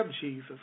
Jesus